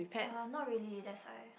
uh not really that's why